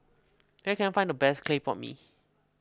where can I find the best Clay Pot Mee